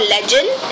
Legend